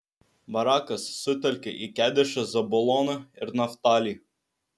barakas sutelkė į kedešą zabuloną ir naftalį